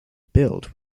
build